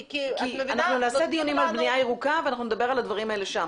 כי אנחנו נעשה דיונים על בנייה ירוקה ואנחנו נדבר על הדברים האלה שם.